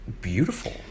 beautiful